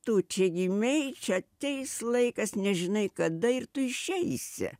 tu čia gimei čia ateis laikas nežinai kada ir tu išeisi